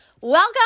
Welcome